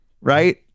right